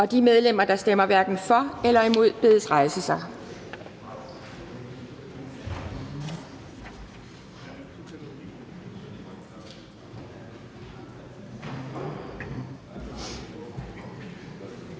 De medlemmer, der stemmer hverken for eller imod, bedes rejse sig.